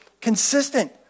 Consistent